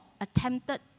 attempted